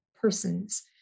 persons